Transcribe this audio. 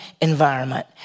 environment